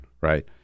right